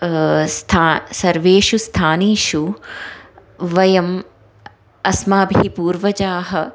स्थाने सर्वेषु स्थानेषु वयम् अस्माभिः पूर्वजाः